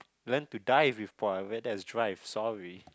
learn to dive with that is drive sorry